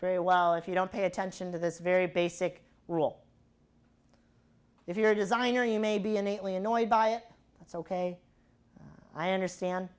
very well if you don't pay attention to this very basic rule if you're a designer you may be innately annoyed by it that's ok i understand